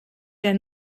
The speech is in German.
der